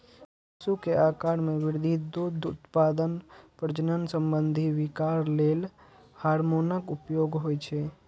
पशु के आाकार मे वृद्धि, दुग्ध उत्पादन, प्रजनन संबंधी विकार लेल हार्मोनक उपयोग होइ छै